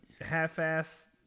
half-ass